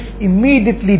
immediately